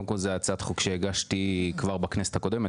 קודם כל, זו הצעת חוק שהגשתי כבר בכנסת הקודמת.